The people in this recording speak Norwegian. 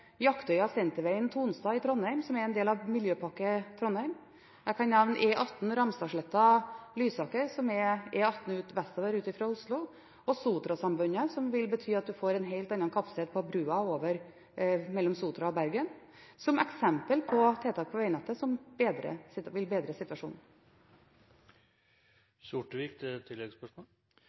i Trondheim, som er en del av Miljøpakke Trondheim. Jeg kan nevne Ramstadsletta–Lysaker, som er E18 vestover fra Oslo, og Sotrasambandet, som vil bety at vi får en helt annen kapasitet på broen mellom Sotra og Bergen, som eksempel på tiltak på vegnettet som vil bedre situasjonen. Fra investeringer i veinett til